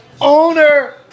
Owner